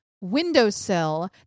windowsill